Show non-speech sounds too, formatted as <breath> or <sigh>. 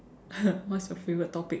<breath> what's your favourite topic